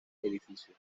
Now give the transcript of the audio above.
edificio